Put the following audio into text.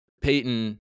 Peyton